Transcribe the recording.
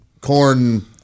corn